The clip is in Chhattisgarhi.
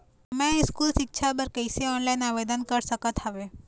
मैं स्कूल सिक्छा बर कैसे ऑनलाइन आवेदन कर सकत हावे?